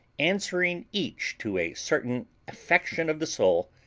answering each to a certain affection of the soul,